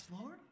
Lord